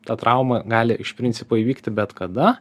ta trauma gali iš principo įvykti bet kada